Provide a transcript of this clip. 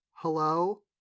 Hello